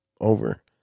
over